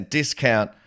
discount